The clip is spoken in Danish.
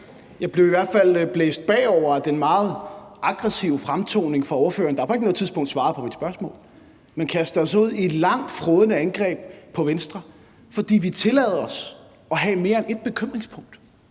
Jeg blev i hvert fald blæst bagover af den meget aggressive fremfærd fra ordføreren, der ikke på noget tidspunkt svarede på mit spørgsmål, men kastede sig ud i et langt, frådende angreb på Venstre, fordi vi tillader os at have mere end ét bekymringspunkt;